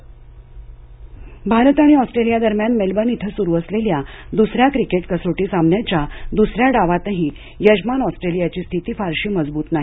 cricket Bharat आणि Australia दरम्यान Melbourne इथं सुरू असलेल्या द्सऱ्या क्रिकेट कसोटी सामन्याच्या द्सऱ्या डावातही यजमान ऑस्ट्रेलियाची स्थिती फारशी मजबूत नाही